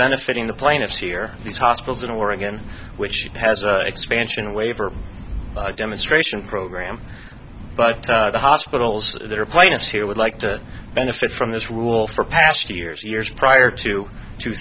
benefiting the plaintiffs here these hospitals in oregon which has an expansion waiver demonstration program but the hospitals that are plaintiffs here would like to benefit from this rule for past two years years prior to two